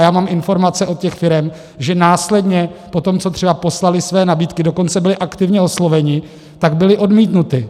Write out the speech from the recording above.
A já mám informace od těch firem, že následně po tom, co třeba poslaly své nabídky, dokonce byly aktivně osloveny, tak byly odmítnuty.